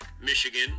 Michigan